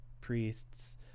priests